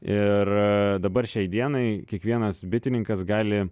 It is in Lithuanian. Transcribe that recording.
ir dabar šiai dienai kiekvienas bitininkas gali